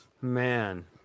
Man